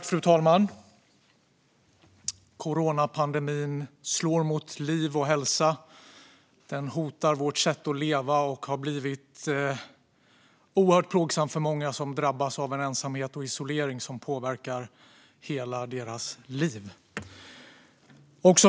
Fru talman! Coronapandemin slår mot liv och hälsa. Den hotar vårt sätt att leva och är oerhört plågsam för många som drabbas av den ensamhet och isolering som påverkar hela deras liv.